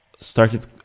started